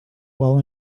while